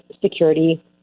security